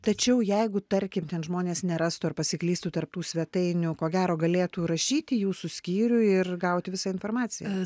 tačiau jeigu tarkim ten žmonės nerastų ar pasiklystų tarp tų svetainių ko gero galėtų rašyt į jūsų skyrių ir gauti visą informaciją